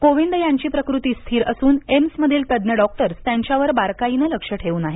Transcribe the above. कोविंद यांची प्रकृती स्थिर असून एम्समधील तज्ञ डॉक्टर्स त्यांच्यावर बारकाईनं लक्ष ठेवून आहेत